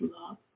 love